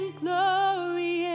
glory